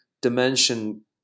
dimension